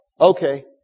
okay